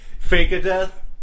Fake-a-death